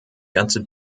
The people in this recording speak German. ganze